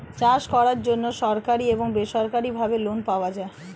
চাষ করার জন্য সরকারি এবং বেসরকারিভাবে লোন পাওয়া যায়